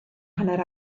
hanner